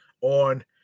on